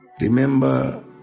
Remember